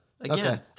Again